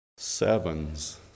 Sevens